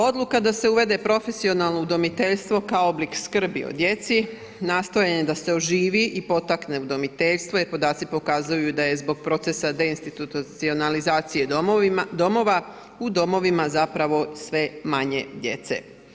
Odluka da se uvede profesionalno udomiteljstvo kao oblik skrbi, nastojanje da se oživi i potakne udomiteljstvo jer podaci pokazuju da je zbog procesa deinstitucionalizacije domova, u domovima zapravo sve manje djece.